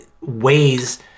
ways